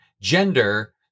gender